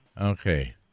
Okay